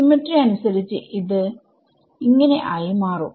symmetry അനുസരിച്ചു ഇത് ആയി മാറും